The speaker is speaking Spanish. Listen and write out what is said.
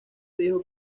dijo